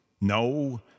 No